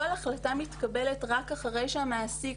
כל החלטה מתקבלת רק אחרי שהמעסיק